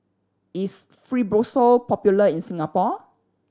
is Fibrosol popular in Singapore